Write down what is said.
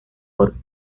por